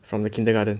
from the kindergarten